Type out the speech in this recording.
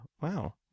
wow